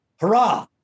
hurrah